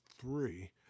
three